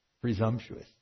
presumptuous